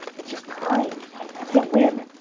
it's just time, i can't win.